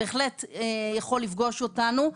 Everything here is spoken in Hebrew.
זה בהחלט יכול לפגוש אותנו,